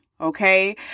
okay